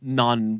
non